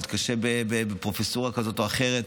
מתקשה בפרופסורה כזאת או אחרת.